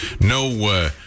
No